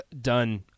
done